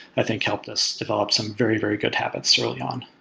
i think, helped us develop some very very good habits early on.